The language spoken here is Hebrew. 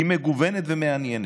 היא מגוונת ומעניינת.